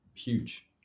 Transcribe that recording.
Huge